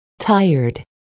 tired